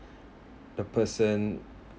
the person